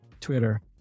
Twitter